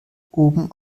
oben